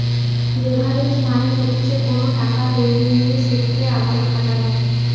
leverage মানে হতিছে কোনো টাকা লোনে নিয়ে সেতকে আবার খাটানো